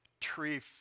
tree